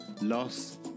loss